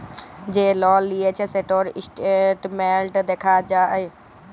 যে লল লিঁয়েছে সেটর যে ইসট্যাটমেল্ট দ্যাখা যায়